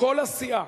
כל הסיעה.